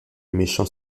méchant